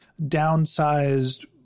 downsized